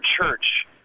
church